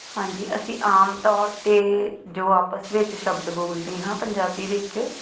ਹਾਂਜੀ ਅਸੀਂ ਆਮ ਤੌਰ 'ਤੇ ਜੋ ਆਪਸ ਵਿੱਚ ਸ਼ਬਦ ਬੋਲਦੇ ਹਾਂ ਪੰਜਾਬੀ ਵਿੱਚ